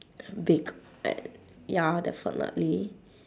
big fat ya definitely